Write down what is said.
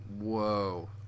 Whoa